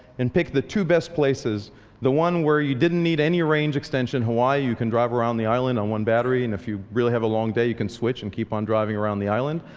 and pick the two best places the one where you didn't need any range extension. hawaii you can drive around the island on one battery. and if you really have a long day you can switch, and keep on driving around the island.